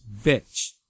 bitch